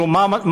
כלומר,